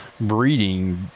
breeding